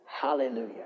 Hallelujah